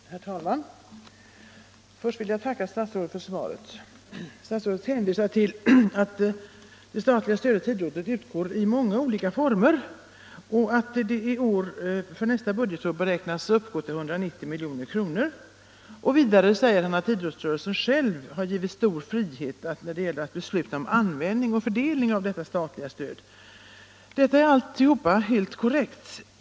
Herr talman! Först vill jag tacka statsrådet för svaret. Statsrådet hänvisar till att det statliga stödet till idrotten utgår i många olika former och säger att det nästa budgetår beräknas uppgå till 190 milj.kr. Vidare säger statsrådet att idrottsrörelsen själv har givits stor frihet när det gäller att besluta om användningen och fördelningen av det statliga organisationsstödet. Allt detta är helt korrekt.